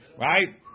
right